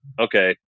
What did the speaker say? okay